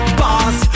boss